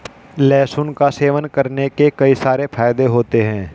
लहसुन का सेवन करने के कई सारे फायदे होते है